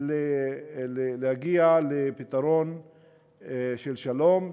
להגיע לפתרון של שלום צודק,